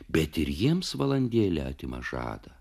bet ir jiems valandėlę atima žadą